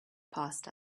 passed